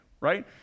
right